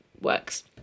works